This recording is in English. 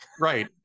Right